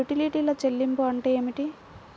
యుటిలిటీల చెల్లింపు అంటే ఏమిటి?